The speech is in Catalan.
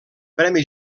premi